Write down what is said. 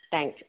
thank you